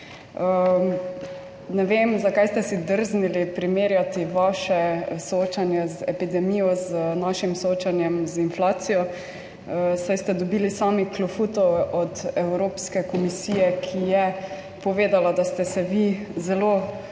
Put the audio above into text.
Ne vem, zakaj ste si drznili primerjati vaše soočenje z epidemijo z našim soočenjem z inflacijo, saj ste dobili sami klofuto od Evropske komisije, ki je povedala, da ste se vi zelo